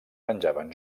penjaven